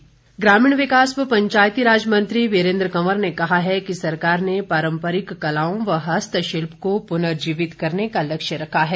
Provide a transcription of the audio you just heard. वीरेन्द्र कंवर ग्रामीण विकास व पंचायती राज मंत्री वीरेन्द्र कंवर ने कहा है कि सरकार ने पारम्परिक कलाओं व हस्तशिल्प को पुनर्जीवित करने का लक्ष्य रखा है